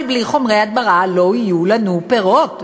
אבל בלי חומרי הדברה לא יהיו לנו פירות,